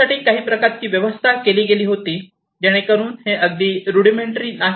यासाठी काही प्रकारची व्यवस्था केली गेली होती जेणेकरून हे अगदी रुडिमेंटरी नाही